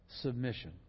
submission